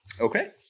Okay